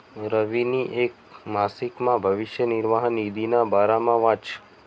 रवीनी येक मासिकमा भविष्य निर्वाह निधीना बारामा वाचं